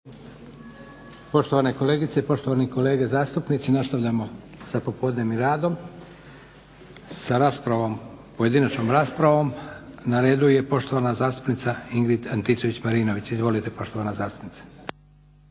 Poštovane kolegice, poštovani kolege zastupnici nastavljamo sa popodnevnim radom sa pojedinačnom raspravom. Na redu je poštovana zastupnica Ingrid Antičević-Marinović. Izvolite poštovana zastupnice.